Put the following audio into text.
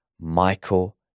Michael